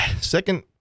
second